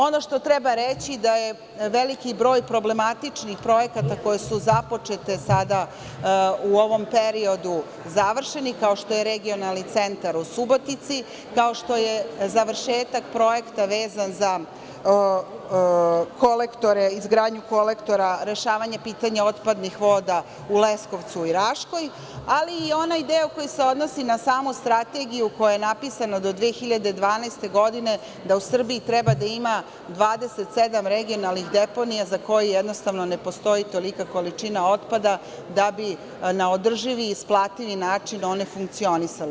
Ono što treba reći, da je veliki broj problematičnih projekata koji su započeti u ovom periodu, završeni, kao što je Regionalni centar u Subotici, kao što je završetak projekta vezan za izgradnju kolektora, rešavanje pitanja otpadnih voda u Leskovcu i Raškoj, ali i onaj deo koji se odnosi na samu strategiju koja je napisana do 2012. godine, da u Srbiji treba da ima 27 regionalnih deponija za koje jednostavno ne postoji tolika količina otpada, da bi na održivi i isplativi način one funkcionisale.